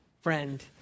friend